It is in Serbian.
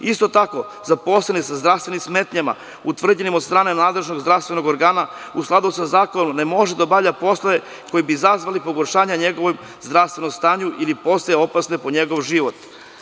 Isto tako zaposleni sa zdravstvenim smetnjama utvrđenim od strane nadležnog zdravstvenog organa u skladu sa zakonom ne može da obavlja poslove koji bi izazvali pogoršanje njegovom zdravstvenom stanju ili poslove opasne po njegov život.